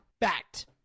fact